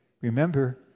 Remember